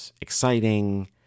exciting